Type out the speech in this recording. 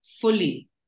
fully